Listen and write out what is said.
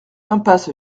impasse